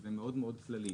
זה מאוד מאוד כללי.